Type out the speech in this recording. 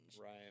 Right